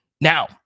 Now